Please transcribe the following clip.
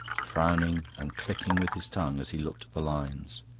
frowning and clicking with his tongue as he looked at the lines.